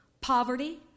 poverty